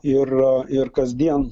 ir ir kasdien